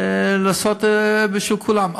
לעשות בשביל כולם.